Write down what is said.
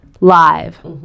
live